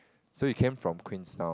so you came from Queenstown